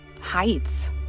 heights